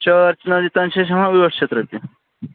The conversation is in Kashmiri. چار چِناری تانۍ چھِ أسۍ ہٮ۪وان ٲٹھ شَتھ رۄپیہِ